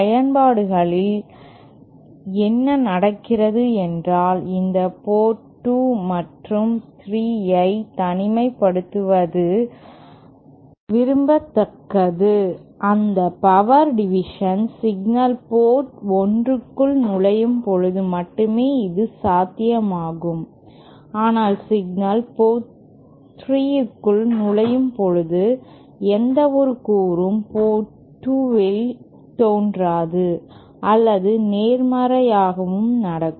பயன்பாடுகளில் என்ன நடக்கிறது என்றால் இந்த போர்ட் 2 மற்றும் 3 ஐ தனிமைப்படுத்துவது விரும்பத்தக்கது அந்த பவர் டிவிஷன் சிக்னல் போர்ட் 1 க்குள் நுழையும் போது மட்டுமே இது சாத்தியமாகும் ஆனால் சிக்னல் போர்ட் 3 க்குள் நுழையும் போது எந்தவொரு கூறும் போர்ட் 2 இல் தோன்றாது அல்லது நேர்மாறாகவும் நடக்கும்